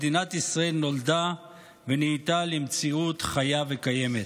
מדינת ישראל נולדה ונהייתה למציאות חיה וקיימת.